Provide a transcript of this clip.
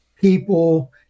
people